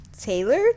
Taylor